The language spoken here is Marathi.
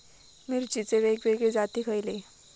मिरचीचे वेगवेगळे जाती खयले?